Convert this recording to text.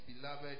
beloved